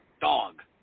dog